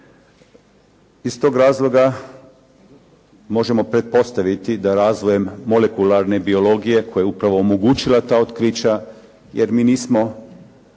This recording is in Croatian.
Iz tog razloga možemo pretpostaviti da razvojem molekularne biologije koja je upravo omogućila ta otkrića, jer mi nismo